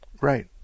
right